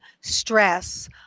stress